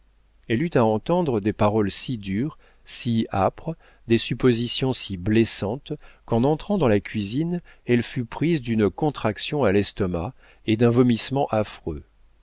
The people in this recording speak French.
elle eut à entendre des paroles si dures si âpres des suppositions si blessantes qu'en entrant dans la cuisine elle fut prise d'une contraction à l'estomac et d'un vomissement affreux